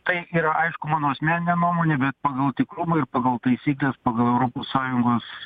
tai yra aišku mano asmeninė nuomonė bet pagal tikrumą ir pagal taisykles pagal europos sąjungos